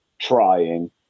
Trying